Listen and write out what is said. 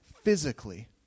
physically